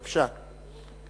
בבקשה.